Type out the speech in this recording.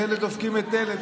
ואלה דופקים את אלה.